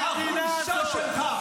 הכול קרס, כל תפיסת העולם שלכם.